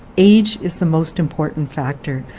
age is the most important factor.